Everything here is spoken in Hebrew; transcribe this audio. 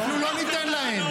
ואנחנו לא ניתן להם.